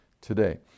today